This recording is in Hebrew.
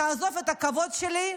תעזוב את הכבוד שלי.